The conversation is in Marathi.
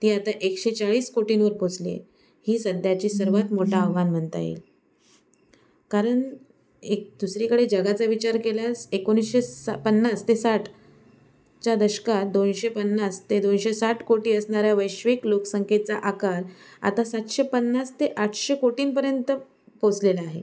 ती आता एकशे चाळीस कोटींवर पोचली आहे ही सध्याची सर्वात मोठं आव्हान म्हणता येईल एक कारण एक दुसरीकडे जगाचा विचार केल्यास एकोणीसशे सा पन्नास ते साठच्या दशकात दोनशे पन्नास ते दोनशे साठ कोटी असणाऱ्या वैश्विक लोकसंख्येचा आकार आता सातशे पन्नास ते आठशे कोटींपर्यंत पोचलेला आहे